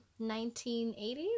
1980s